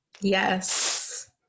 yes